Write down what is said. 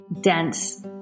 dense